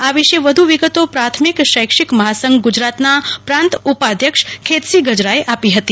આ વિષે વધુ વિગતો પ્રાથમિક શૈક્ષિક મહાસંઘ ગુજરાતના પ્રાંત ઉપાધ્યક્ષ ખેતશી ગજરાએ આપી હતી